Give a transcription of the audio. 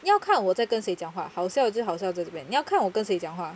要看我在跟谁讲话好笑就好笑在这边你要看我跟谁讲话